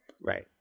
Right